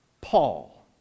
Paul